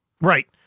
right